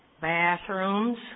bathrooms